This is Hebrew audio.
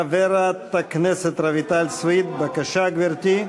חברת הכנסת רויטל סויד, בבקשה, גברתי,